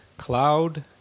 CLOUD